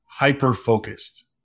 hyper-focused